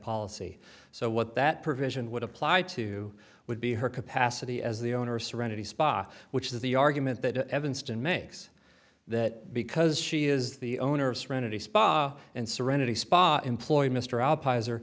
policy so what that provision would apply to would be her capacity as the owner serenity spa which is the argument that evanston makes that because she is the owner of serenity spa and serenity spa employee mr